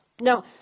Now